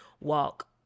walk